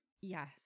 Yes